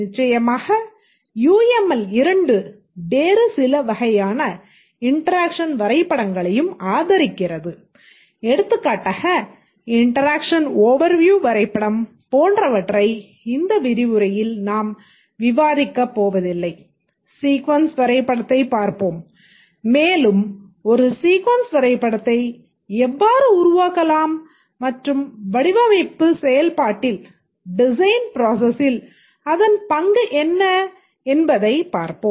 நிச்சயமாக யுஎம்எல் அதன் பங்கு என்ன என்பதைப் பார்ப்போம்